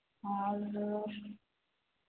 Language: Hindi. हाँ जो